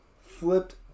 flipped